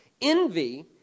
Envy